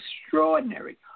extraordinary